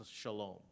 Shalom